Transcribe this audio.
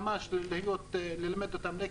ממה שאני יודעת ומכירה,